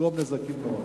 לגרום לנזקים.